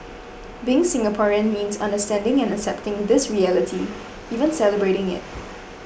being Singaporean means understanding and accepting this reality even celebrating it